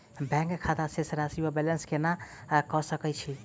Bank खाता शेष राशि वा बैलेंस केना कऽ सकय छी?